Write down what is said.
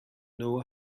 know